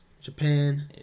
japan